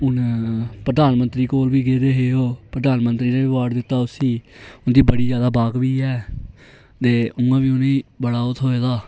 हून प्रधानमंत्री कोल बी गेदे हे ओह् प्रधान मंत्री ने बी आबर्ड दित्ता उसी उंदी बड़ी ज्यादा बाकबी ऐ ते उंआ बी उंहेगी बड़ा ओह् थ्होए दा